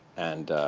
and